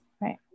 right